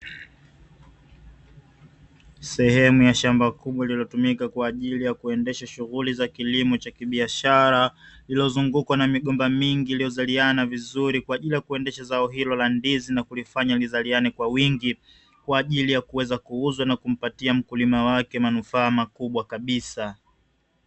Sehemu ya shamba kubwa iliyotumika kwa ajili ya kuendesha shughuli za kilimo cha kibiashara, lililozungukwa na migomba mingi iliyozaliana vizuri kwa ajili ya kuendesha zao hilo la ndizi, na kulifanya lizaliane kwa wingi, kwa ajili ya kuweza kuuzwa na kumpatia mkulima wake manufaa makubwa kabisa.